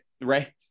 Right